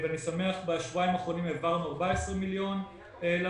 אני שמח שבשבועיים האחרונים העברנו 14 מיליון לעמותות.